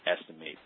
estimate